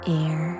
air